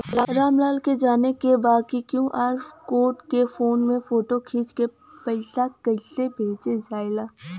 राम लाल के जाने के बा की क्यू.आर कोड के फोन में फोटो खींच के पैसा कैसे भेजे जाला?